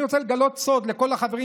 אני רוצה לגלות סוד לכל החברים